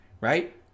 Right